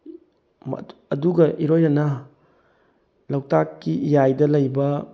ꯃꯗꯨ ꯑꯗꯨꯒ ꯏꯔꯣꯏꯅꯅ ꯂꯣꯛꯇꯥꯛꯀꯤ ꯏꯌꯥꯏꯗ ꯂꯩꯕ